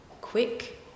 quick